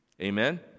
Amen